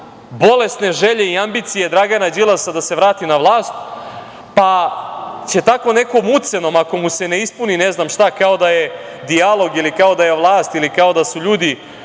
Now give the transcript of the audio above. bolesne želje i ambicije Dragana Đilasa da se vrati na vlast, pa će tako nekom ucenom, ako mu se ne ispuni ne znam šta, kao da je dijalog ili kao da je vlast ili kao da su ljudi